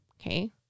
okay